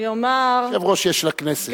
אני אומַר, יושב-ראש יש לכנסת.